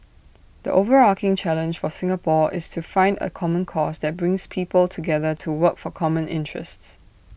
the overarching challenge for Singapore is to find A common cause that brings people together to work for common interests